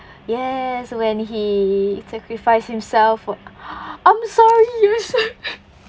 yes when he sacrificed himself for I'm sorry I'm sorry